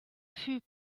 fut